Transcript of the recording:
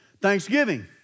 Thanksgiving